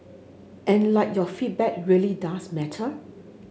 and like your feedback really does matter